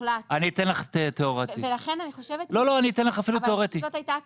אני חושבת שזאת הייתה הכוונה.